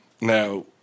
Now